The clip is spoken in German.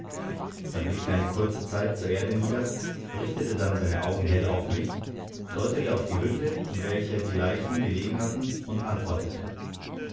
er blickte eine kurze zeit zur erde nieder richtete dann sein auge hell auf mich deutete auf die hütte in welcher die leichen gelegen hatten und antwortete